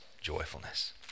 joyfulness